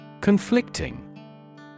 Conflicting